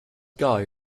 guy